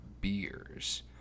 beers